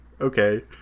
okay